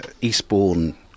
Eastbourne